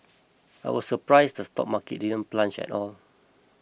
I was surprised the stock market plunge at all